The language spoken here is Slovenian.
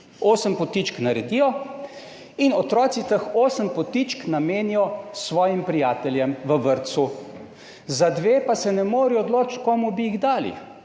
8 potičk naredijo in otroci teh 8 potičk namenijo svojim prijateljem v vrtcu, za 2 pa se ne morejo odločiti komu bi jih dali